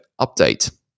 update